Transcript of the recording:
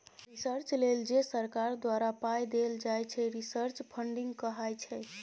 research लेल जे सरकार द्वारा पाइ देल जाइ छै रिसर्च फंडिंग कहाइ छै